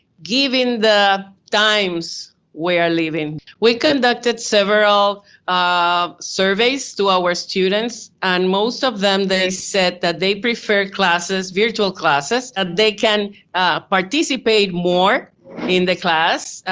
given the times we are living. we conducted several um surveys to our students, and most of them they said that they preferred classes, virtual classes, that and they can participate more in the class,